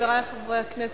חברי חברי הכנסת,